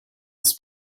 des